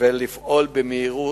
ולפעול במהירות,